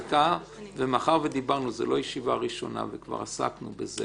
שזאת לא ישיבה ראשונה וכבר דיברנו על זה